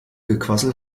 gequassel